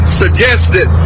suggested